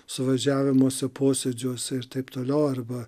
suvažiavimuose posėdžiuose ir taip toliau arba